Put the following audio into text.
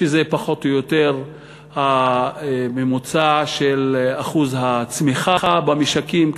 שזה פחות או יותר הממוצע של אחוז הצמיחה במשקים,